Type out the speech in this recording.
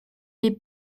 les